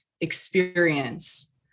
experience